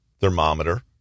thermometer